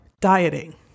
dieting